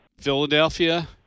Philadelphia